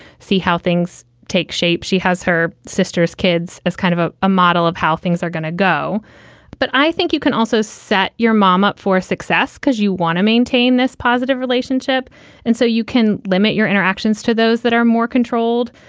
see how things take shape. she has her sister's kids as kind of a model of how things are going to go but i think you can also set your mom up for success because you want to maintain this positive relationship and so you can limit your interactions to those that are more controlled.